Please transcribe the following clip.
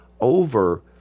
over